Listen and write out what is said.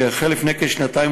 שהחל לפני כשנתיים,